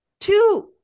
Two